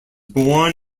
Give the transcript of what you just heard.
born